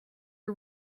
are